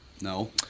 No